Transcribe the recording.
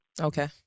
Okay